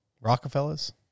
Rockefellers